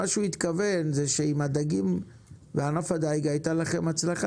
הוא התכוון שעם הדגים וענף הדיג הייתה לכם הצלחה,